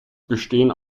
bestehen